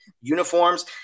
uniforms